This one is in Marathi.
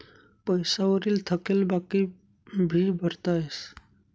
पैसा वरी थकेल बाकी भी भरता येस